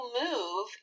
move